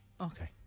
Okay